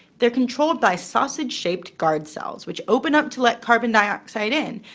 they're controlled by sausage shaped guard cells, which open up to let carbon dioxide in.